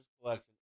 collection